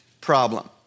problem